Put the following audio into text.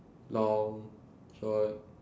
long short